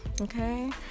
okay